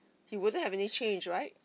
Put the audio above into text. he wouldn't have any change right